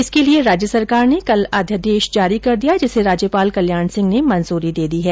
इसके लिए राज्य सरकार ने कल अध्यादेश जारी कर दिया जिसे राज्यपाल कल्याण सिंह ने मंजूरी दे दी है